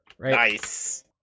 Nice